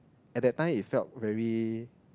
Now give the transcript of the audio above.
at that time it felt very